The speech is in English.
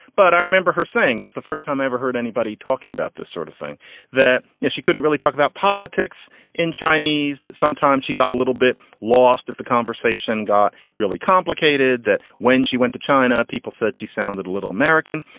but i remember her saying was the first time i ever heard anybody talking about this sort of thing that she couldn't really talk about politics in chinese, that some time she got a little bit lost. if the conversation got really complicated that when she went to china, people said she sounded a little american.